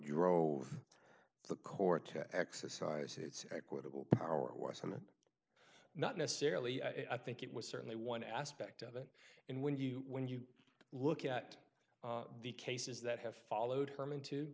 drove the court to exercise its equitable power or something not necessarily i think it was certainly one aspect of it and when you when you look at the cases that have followed her